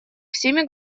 всеми